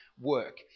work